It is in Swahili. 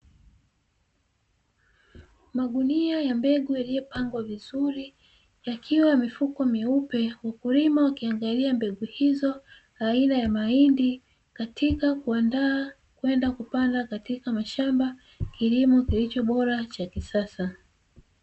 Magunia ya mbegu yaliyopangwa vizuri, yakiwa mifuko meupe, wakulima wakiangalia mbegu hizo aina ya mahindi katika kuandaa kwenda kupanda katika mashamba, kilimo kilicho bora cha kisasa.